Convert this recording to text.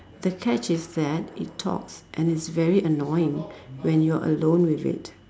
the catch is that it talks and it's very annoying when you are alone with it